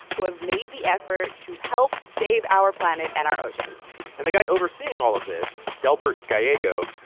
who have made the effort to help save our planet and our oceans and the guy overseeing all of this, delbert gallego,